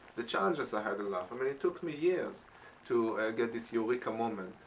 the challenges i had in life. um and it took me years to get this eureka moment,